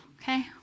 okay